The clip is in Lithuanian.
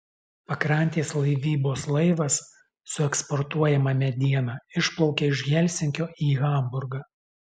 pakrantės laivybos laivas su eksportuojama mediena išplaukia iš helsinkio į hamburgą